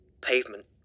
pavement